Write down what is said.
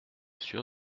sûr